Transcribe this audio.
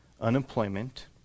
unemployment